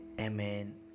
Amen